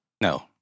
No